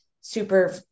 super